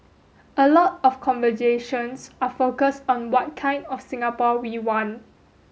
a lot of conversations are focused on what kind of Singapore we want